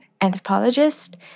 anthropologist